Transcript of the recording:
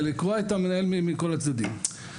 זה לקרוע את המנהל מכל הצדדים.